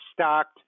stocked